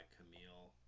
Camille